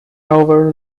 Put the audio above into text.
over